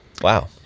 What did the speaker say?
Wow